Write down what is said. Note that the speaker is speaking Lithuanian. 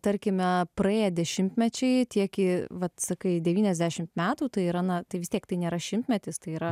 tarkime praėję dešimtmečiai tiek į vat sakai devyniasdešimt metų tai yra na tai vis tiek tai nėra šimtmetis tai yra